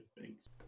Thanks